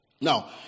Now